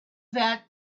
that